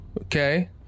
okay